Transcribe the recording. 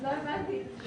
לא הבנתי את השאלה.